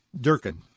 Durkin